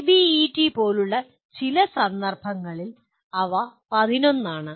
ABET പോലുള്ള ചില സന്ദർഭങ്ങളിൽ അവ 11 ആണ്